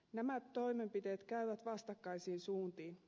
nämä toimenpiteet käyvät vastakkaisiin suuntiin